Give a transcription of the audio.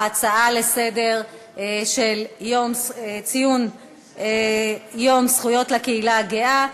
ההצעות לסדר-היום: ציון יום הזכויות לקהילה הגאה בכנסת,